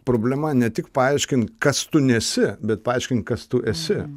problema ne tik paaiškint kas tu nesi bet paaiškint kas tu esi